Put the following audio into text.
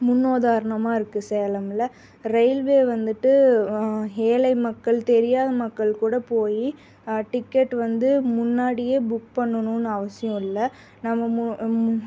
முன் உதாரணமாக இருக்குது சேலமில் ரெயில்வே வந்துட்டு ஏழை மக்கள் தெரியாத மக்கள் கூட போய் டிக்கெட் வந்து முன்னாடியே புக் பண்ணணுன்னு அவசியம் இல்லை நம்ம மு மு